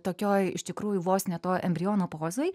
tokioj iš tikrųjų vos ne to embriono pozoj